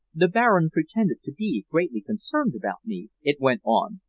the baron pretended to be greatly concerned about me, it went on,